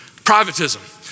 Privatism